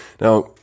Now